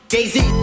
Daisy